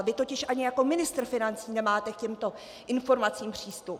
Vy totiž ani jako ministr financí nemáte k těmto informacím přístup.